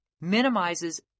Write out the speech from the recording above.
minimizes